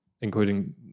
including